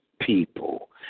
people